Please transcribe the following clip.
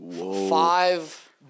five